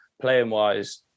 playing-wise